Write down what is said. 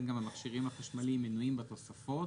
גם המכשירים החשמליים מנויים בתוספות,